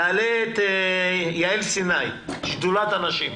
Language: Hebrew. תעלה את יעל סיני משדולת הנשים.